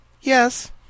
Yes